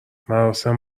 مراسم